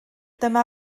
dyma